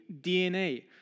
DNA